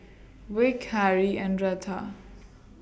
Vick Harrie and Retha